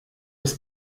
das